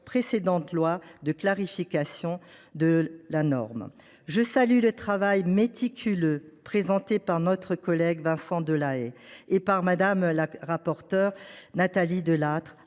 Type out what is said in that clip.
précédentes lois de clarification de la norme. Je salue le travail méticuleux mené par notre collègue Vincent Delahaye et par Mme la rapporteure Nathalie Delattre.